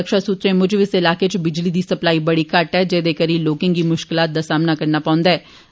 रक्षा सूत्रें मुजब इस इलाके च बिजली दी सप्लाई बड़ी घट्ट ऐ जेदे करी लोकें गी मुश्कलातें दा सामना करना पौन्दा हा